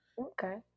Okay